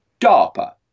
DARPA